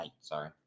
sorry